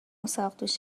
ساقدوش